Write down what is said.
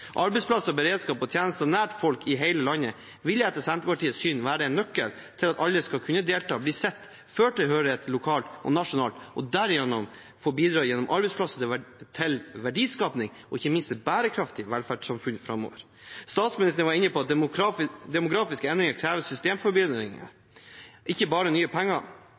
Arbeidsplasser, beredskap og tjenester nær folk i hele landet vil etter Senterpartiets syn være en nøkkel til at alle skal kunne delta, bli sett, føle tilhørighet lokalt og nasjonalt og derigjennom få bidra gjennom arbeidsplasser til verdiskaping og ikke minst et bærekraftig velferdssamfunn framover. Statsministeren var inne på at demografiske endringer krever systemforbedringer, ikke bare nye penger,